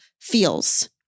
feels